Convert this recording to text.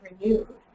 renewed